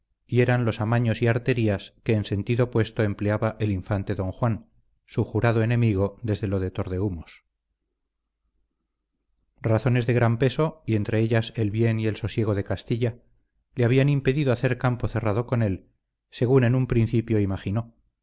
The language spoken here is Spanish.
y eran los amaños y arterías que en sentido opuesto empleaba el infante don juan su jurado enemigo desde lo de tordehumos razones de gran peso y entre ellas el bien y el sosiego de castilla le habían impedido hacer campo cerrado con él según en un principio imaginó